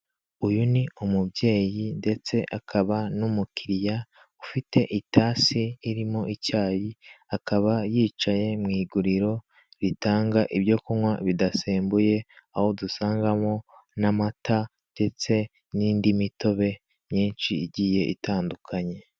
Uyu ni umubyeyi ndetse akaba n'umukiriya, ufite itasi irimo icyayi, akaba yicaye mu iguriro ritanga ibyo kunywa bidasembuye, aho dusangamo n'amata ndetse n'indi mitobe myinshi igiye itandukanye.